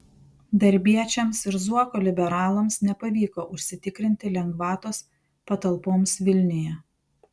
darbiečiams ir zuoko liberalams nepavyko užsitikrinti lengvatos patalpoms vilniuje